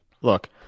look